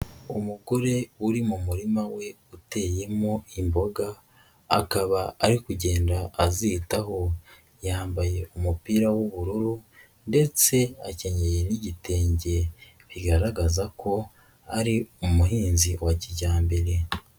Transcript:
Umugore uri mu murima we uteyemo imboga akaba ari kugenda azitaho, yambaye umupira w'ubururu ndetse akenyeye n'igitenge bigaragaza ko ari umuhinzi wa kijyambere.